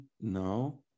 no